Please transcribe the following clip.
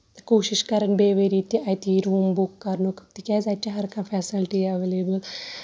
کوٗشِش کران بیٚیہِ ؤری تہِ اَتی روٗم بُک کرنُک تِکیازِ اَتہِ چھُ ہر کانٛہہ فیسلٹی ایویلیبٔل